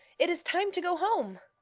it is time to go home.